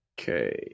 Okay